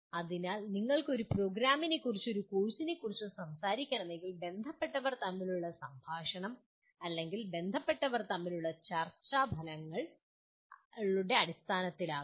അതിനാൽ നിങ്ങൾക്ക് ഒരു പ്രോഗ്രാമിനെക്കുറിച്ചോ ഒരു കോഴ്സിനെക്കുറിച്ചോ സംസാരിക്കണമെങ്കിൽ ബന്ധപ്പെട്ടവർ തമ്മിലുള്ള സംഭാഷണം അല്ലെങ്കിൽ ബന്ധപ്പെട്ടവർ തമ്മിലുള്ള ചർച്ച ഫലങ്ങളുടെ അടിസ്ഥാനത്തിൽ ആകാം